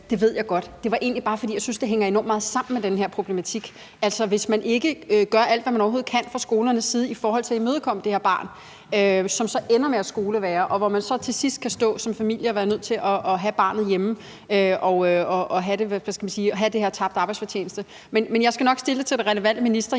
Det ved jeg godt, men det var egentlig bare, fordi jeg synes, det hænger meget sammen med den her problematik, som opstår, hvis man ikke gør alt, hvad man overhovedet kan, fra skolernes side i forhold til at imødekomme det her barn, som så ender med at skolevægre, og hvor man så til sidst kan stå som familie og være nødt til at have barnet hjemme og få kompensation for tabt arbejdsfortjeneste. Jeg skal nok stille spørgsmålet til den relevante minister,